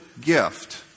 gift